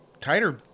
tighter